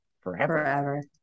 forever